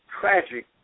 tragic